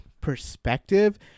perspective